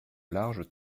larges